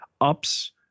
ups